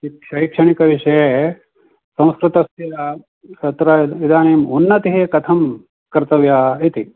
शिक् शैक्षणिकविषये संस्कृतस्य तत्र इदानीम् उन्नतिः कथं कर्तव्या इति